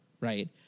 Right